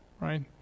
right